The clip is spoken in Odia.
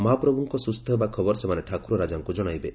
ମହାପ୍ରଭୁଙ୍କ ସୁସ୍ଥ ହେବା ଖବର ସେମାନେ ଠାକୁର ରାଜାଙ୍ଙୁ ଜଣାଇବେ